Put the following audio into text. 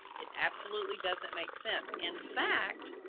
it absolutely doesn't make sense. in fact,